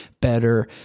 better